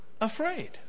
afraid